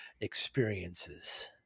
experiences